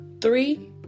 three